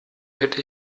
hätte